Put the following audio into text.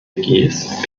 ägäis